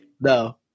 No